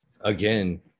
again